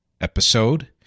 episode